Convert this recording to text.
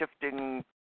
shifting